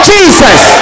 Jesus